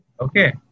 Okay